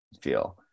feel